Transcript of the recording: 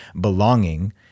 belonging